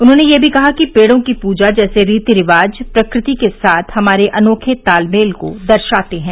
उन्होंने यह भी कहा कि पेड़ों की प्रजा जैसे रीति रिवाज प्रकृति के साथ हमारे अनोखे तालमेल को दर्शाते हैं